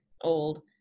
old